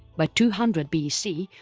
by two hundred bc,